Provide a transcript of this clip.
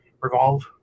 revolve